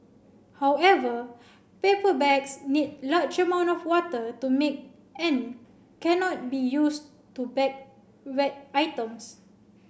however paper bags need large amount of water to make end cannot be used to bag wet items